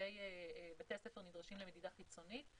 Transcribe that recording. בתי הספר נדרשים למדידה חיצונית,